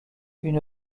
une